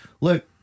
Look